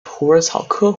虎耳草科